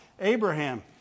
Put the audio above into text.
Abraham